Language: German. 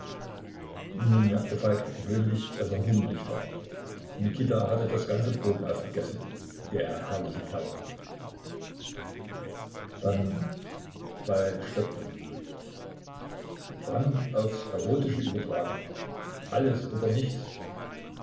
nun merkte falk gewöhnlich daß er hungrig war mikita hatte das ganze brot aufgegessen der herrliche kerl dann falk stockte brand aufs erotische übertragen alles oder nichts